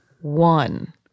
one